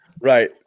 Right